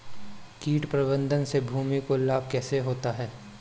कीट प्रबंधन से भूमि को लाभ कैसे होता है?